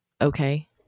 okay